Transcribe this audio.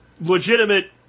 legitimate